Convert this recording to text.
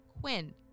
Quinn